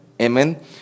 amen